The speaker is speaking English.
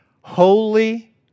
holy